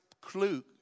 clue